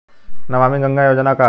नमामि गंगा योजना का ह?